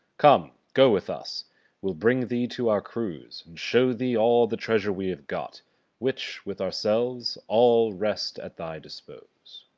come, go with us we'll bring thee to our crews, and show thee all the treasure we have got which, with ourselves, all rest at thy dispose.